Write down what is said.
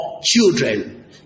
children